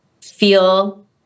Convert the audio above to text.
feel